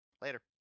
later